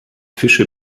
fische